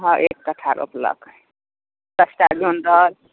हँ एक कट्ठा रोपलक